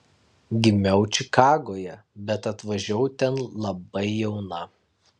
gimiau čikagoje bet atvažiavau ten labai jauna